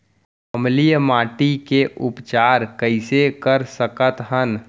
अम्लीय माटी के उपचार कइसे कर सकत हन?